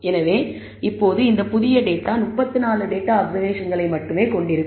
எனவே இப்போது இந்த புதிய டேட்டா 34 டேட்டா அப்சர்வேஷன்களை மட்டுமே கொண்டிருக்கும்